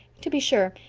to be sure,